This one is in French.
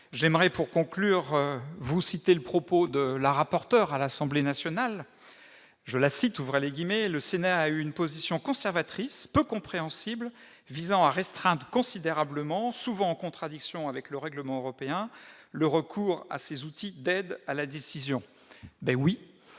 J'aimerais, pour conclure, vous citer le propos de la rapporteur à l'Assemblée nationale :« Le Sénat a eu une position conservatrice peu compréhensible, visant à restreindre considérablement, et souvent en contradiction avec le règlement européen, le recours à ces outils d'aide à la décision. »